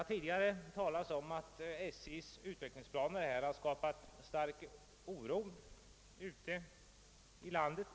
Som tidigare framhållits har SJ:s utvecklingsplaner skapat stark oro ute i landet.